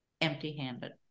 empty-handed